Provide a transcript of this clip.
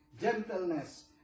gentleness